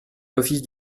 l’office